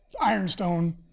ironstone